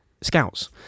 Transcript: scouts